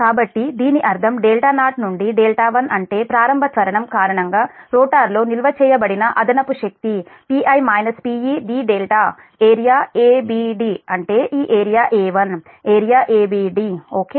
కాబట్టి దీని అర్థం δ0 నుండి δ1 అంటే ప్రారంభ త్వరణం కారణంగా రోటర్లో నిల్వ చేయబడిన అదనపు శక్తిPi - Pe dδ ఏరియాa b dఅంటే ఈ area A1 area a b d okay